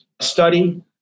study